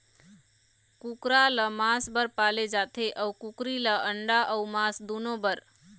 कुकरा ल मांस बर पाले जाथे अउ कुकरी ल अंडा अउ मांस दुनो बर